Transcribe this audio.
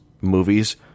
movies